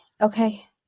Okay